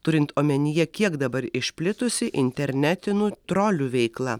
turint omenyje kiek dabar išplitusi internetinų trolių veikla